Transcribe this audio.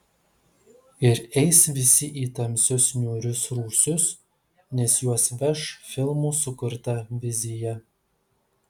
ir eis visi į tamsius niūrius rūsius nes juos veš filmų sukurta vizija